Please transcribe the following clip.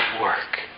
work